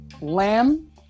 Lamb